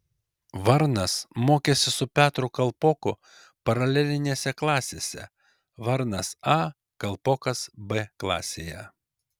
varnas mokėsi su petru kalpoku paralelinėse klasėse varnas a kalpokas b klasėje